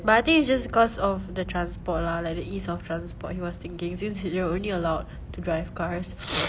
but I think it's just cause of the transport lah like the ease of transport he was thinking since you are only allowed to drive cars